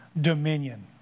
dominion